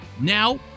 Now